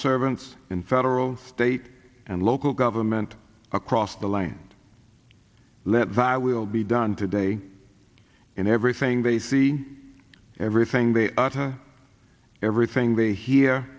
servants in federal state and local government across the land let via will be done today in everything they see everything they utter everything they hear